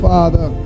Father